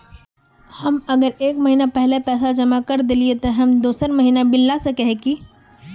हम अगर एक महीना पहले पैसा जमा कर देलिये ते हम दोसर महीना बिल ला सके है की?